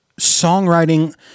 songwriting